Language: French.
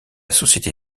société